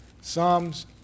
Psalms